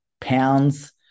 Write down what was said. pounds